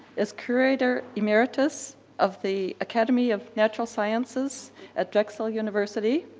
is curator emeritus of the academy of natural sciences at drexel university,